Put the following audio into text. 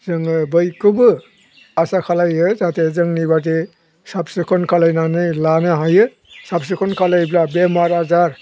जोङो बयखौबो आसा खालामो जाहाथे जोंनिबादि साब सिखन खालामनानै लानो हायो साब सिखन खालायोब्ला बेमार आजार